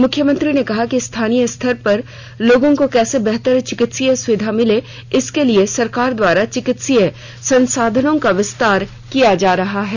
मुख्यमंत्री ने कहा कि स्थानीय स्तर पर लोगों को कैसे बेहतर चिकित्सीय सुविधाए मिले इसके लिए सरकार द्वारा चिकित्सीय संसाधनों का विस्तार किया जा रहा है